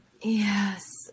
yes